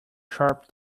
sharp